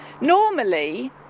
normally